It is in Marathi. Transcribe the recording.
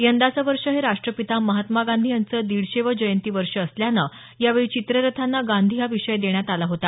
यंदाचं वर्ष हे राष्ट्रपिता महात्मा गांधी यांचं दिडशेवं जयंती वर्ष असल्यानं यावेळी चित्ररथांना गांधी हा विषय देण्यात आला होता